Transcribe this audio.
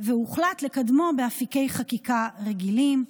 הוחלט לקדמו באפיקי חקיקה רגילים.